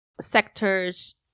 sectors